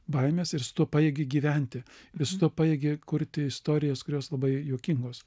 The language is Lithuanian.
baimes ir su tuo pajėgi gyventi visu tuo pajėgi kurti istorijas kurios labai juokingos